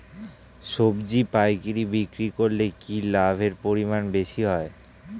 সবজি পাইকারি বিক্রি করলে কি লাভের পরিমাণ বেশি হয়?